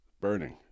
burning